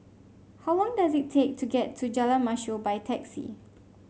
how long does it take to get to Jalan Mashor by taxi